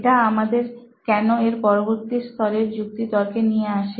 এটা আমাদের কেন এর পরবর্তী স্তরের যুক্তি তর্কে নিয়ে আসে